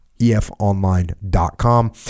EFOnline.com